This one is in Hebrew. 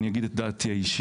אני אגיד את דעתי האישית.